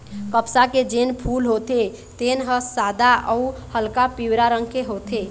कपसा के जेन फूल होथे तेन ह सादा अउ हल्का पीवरा रंग के होथे